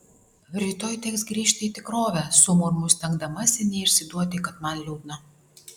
rytoj teks grįžti į tikrovę sumurmu stengdamasi neišsiduoti kad man liūdna